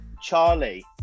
Charlie